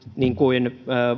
niin kuin